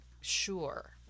sure